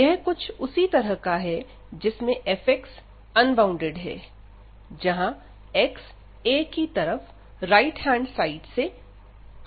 यह कुछ उसी तरह का है जिसमें f अनबॉउंडेड है जहां x a की तरफ राइट हैंड साइड से आता है